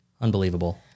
Unbelievable